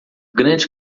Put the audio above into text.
grande